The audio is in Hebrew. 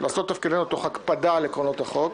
לעשות את תפקידנו תוך הקפדה על עקרונות החוק.